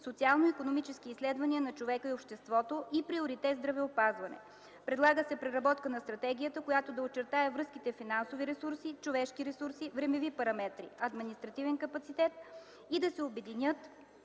„социално-икономически изследвания на човека и обществото” и приоритет „здравеопазване”. Предлага се преработка на стратегията, която да очертае връзките „финансови ресурси – човешки ресурси – времеви параметри – административен капацитет” и Националната